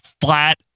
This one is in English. flat